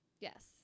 yes